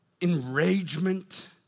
enragement